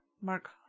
Mark